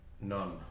none